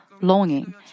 longing